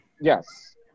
Yes